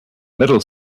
middle